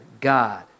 God